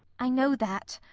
i know that,